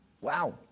Wow